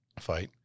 fight